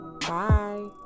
Bye